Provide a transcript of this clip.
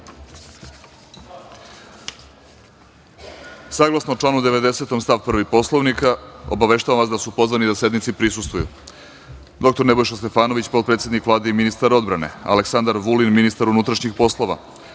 sednice. Saglasno članu 90. stav 1. Poslovnika, obaveštavam vas da su pozvani da sednici prisustvuju: dr Nebojša Stefanović, potpredsednik Vlade i ministar odbrane, Aleksandar Vulin, ministar unutrašnjih poslova,